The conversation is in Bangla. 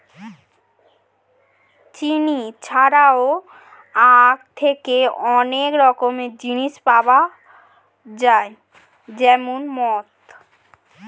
চিনি ছাড়াও আখ থেকে অনেক রকমের জিনিস পাওয়া যায় যেমন মদ